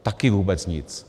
Taky vůbec nic.